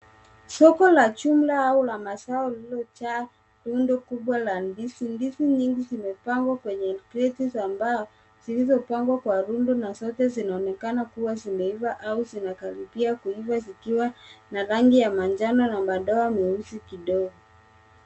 Soko la jumla au lililojaa rundo kubwa la ndizi. Ndizi nyingi zimepangwa kwenye kreti za mbao zilizopangwa kwa rundo na zote zinaonekana kuwa zimeiva au zinskaribia zikiwa na rangi ya manjano na madoa meusi kidogo.